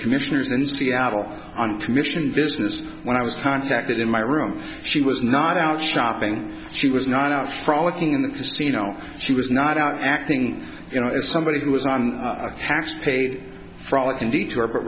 commissioners in seattle on commission business when i was contacted in my room she was not out shopping she was not out frolicking in the casino she was not out acting you know as somebody who was on a half paid frolicking detour but